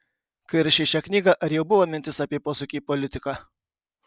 kai rašei šią knygą ar jau buvo mintis apie posūkį į politiką